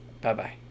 Bye-bye